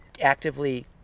actively